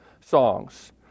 songs